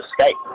escape